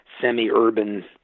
semi-urban